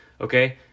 okay